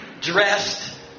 Dressed